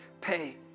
pay